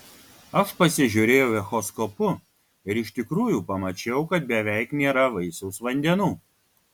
aš pasižiūrėjau echoskopu ir iš tikrųjų pamačiau kad beveik nėra vaisiaus vandenų